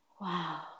wow